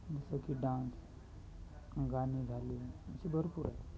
जसं की डान्स गाणी झााली अशी भरपूर आहेत